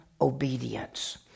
obedience